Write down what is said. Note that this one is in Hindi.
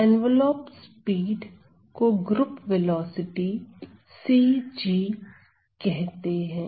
एन्वॉलप स्पीड को ग्रुप वेलोसिटी cg कहते हैं